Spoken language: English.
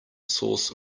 source